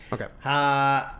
Okay